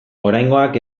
oraingoak